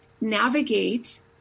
navigate